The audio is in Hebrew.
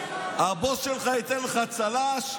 הבוס שלך ייתן לך צל"ש,